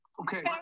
Okay